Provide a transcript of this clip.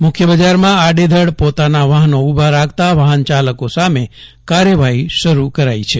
મુખ્ય બજારમાં આડેધડ પોતાનાં વાહનો ઊભા રાખતા વાહનચાલકો સામે કાર્યવાહી શરૂ કરાઇ છે